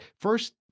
first